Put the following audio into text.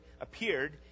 appeared